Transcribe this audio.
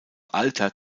alter